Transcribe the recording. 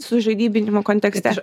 sužaidybinimo kontekste